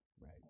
Right